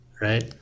Right